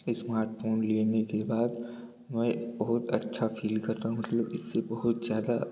smart phone लेने के बाद मैं बहुत अच्छा फील करता हूँ मतलब इससे बहुत ज़्यादा